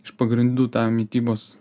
iš pagrindų tą mitybos